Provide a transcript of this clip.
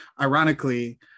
Ironically